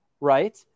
right